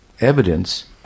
evidence